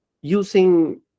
using